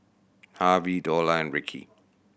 Harvey Dorla and Rickey